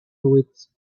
with